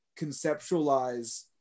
conceptualize